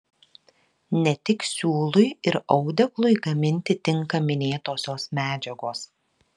ne tik siūlui ir audeklui gaminti tinka minėtosios medžiagos